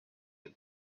the